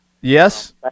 Yes